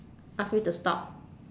ask me to stop